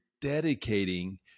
dedicating